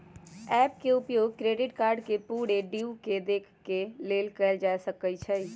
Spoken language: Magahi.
ऐप के उपयोग क्रेडिट कार्ड के पूरे ड्यू के देखे के लेल कएल जा सकइ छै